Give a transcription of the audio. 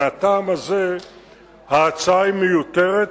מהטעם הזה ההצעה מיותרת,